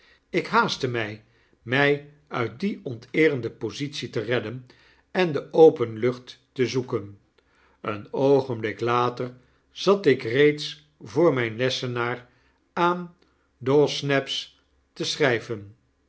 ik haastte ray mij uit die onteerende positie te redden en de open lucht te zoeken een oogenblik later zat ik reeds voor mijn lessenaar aan dawsnaps te schryven